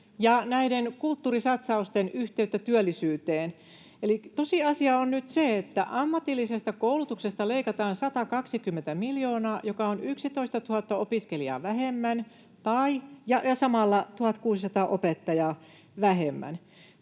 kulttuurisatsausten yhteyteen työllisyyteen. Eli tosiasia on nyt se, että ammatillisesta koulutuksesta leikataan 120 miljoonaa, joka on 11 000 opiskelijaa vähemmän ja samalla 1 600 opettajaa vähemmän.